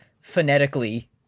phonetically